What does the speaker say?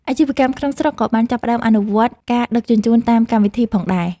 អាជីវកម្មក្នុងស្រុកក៏បានចាប់ផ្ដើមអនុវត្តការដឹកជញ្ជូនតាមកម្មវិធីផងដែរ។